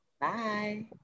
Bye